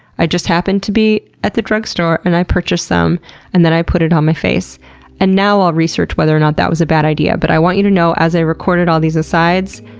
i just happened to be at the drugstore and i purchased some and then i put it on my face and now i'll research whether that was a bad idea, but i want you to know as i recorded all these asides